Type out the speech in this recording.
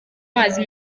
amazi